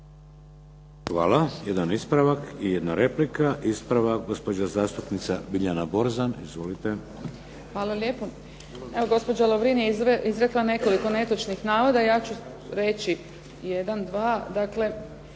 Hvala. Jedan ispravak i jedna replika. Ispravak, gospođa zastupnica Biljana Borzan. Izvolite. **Borzan, Biljana (SDP)** Hvala lijepo. Evo gospođa Lovrin je izrekla nekoliko netočnih navoda, ja ću reći jedan, dva. Dakle,